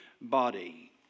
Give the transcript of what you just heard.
body